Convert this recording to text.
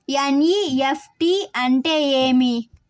NEFT అంటే ఏమి